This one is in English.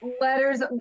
letters